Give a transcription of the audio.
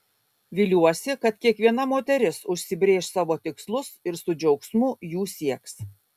viliuosi kad kiekviena moteris užsibrėš savo tikslus ir su džiaugsmu jų sieks